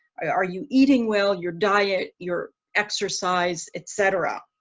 ah are you eating well? your diet, your exercise, etc.